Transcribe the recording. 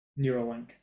Neuralink